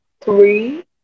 Three